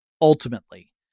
ultimately